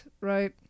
right